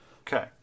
Okay